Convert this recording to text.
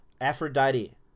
Aphrodite